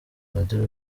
padiri